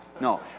no